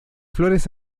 flores